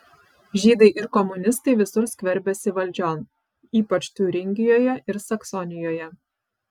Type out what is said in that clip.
žydai ir komunistai visur skverbiasi valdžion ypač tiuringijoje ir saksonijoje